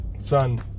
son